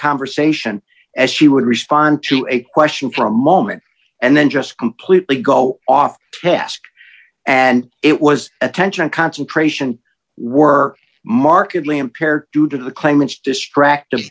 conversation as she would respond to a question for a moment and then just completely go off task and it was attention concentration were markedly impaired due to the claimant's distract